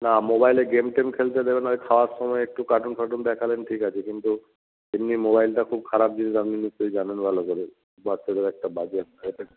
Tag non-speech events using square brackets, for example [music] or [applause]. না মোবাইলে গেম টেম খেলতে দেবেন না ওই খাওয়ার সময় একটু কার্টুন ফার্টুন দেখালেন ঠিক আছে কিন্তু এমনি মোবাইলটা খুব খারাপ জিনিস আপনি নিশ্চই জানেন ভালো করে বাচ্চাদের একটা বাজে এফেক্ট [unintelligible]